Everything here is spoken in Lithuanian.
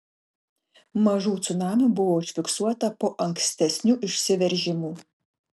mažų cunamių buvo užfiksuota po ankstesnių išsiveržimų